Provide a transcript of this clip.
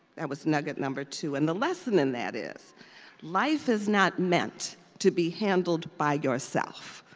that was nugget number two and the lesson in that is life is not meant to be handled by yourself.